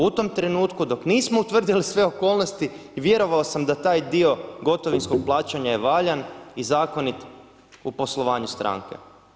U tom trenutku, dok nismo utvrdili sve okolnosti i vjerovao sam da je taj dio gotovinskog plaćanja je valjan i zakonit u poslovanju stranke.